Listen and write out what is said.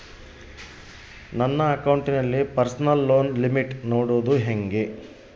ನನ್ನ ಅಕೌಂಟಿನಲ್ಲಿ personal loan limit ನೋಡದು ಹೆಂಗೆ?